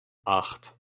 acht